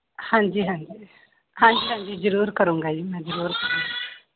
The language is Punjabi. ਹਾਂਜੀ ਹਾਂਜੀ ਹਾਂਜੀ ਹਾਂਜੀ ਜ਼ਰੂਰ ਕਰੂੰਗਾ ਜੀ ਮੈਂ ਜ਼ਰੂਰ ਕਰੂੰਗਾ